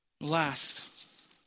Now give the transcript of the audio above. Last